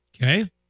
Okay